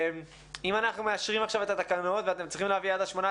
אם אנחנו מאשרים עכשיו את התקנות ואתם צריכים עד ה-18